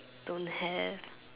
don't have